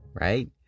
right